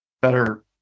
better